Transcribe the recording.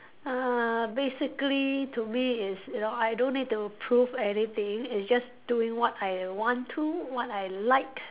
uh basically to me is you know I don't need to prove anything it's just doing what I want to what I like